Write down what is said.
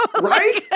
Right